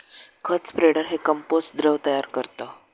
खत स्प्रेडर हे कंपोस्ट द्रव तयार करतं